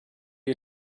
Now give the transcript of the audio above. you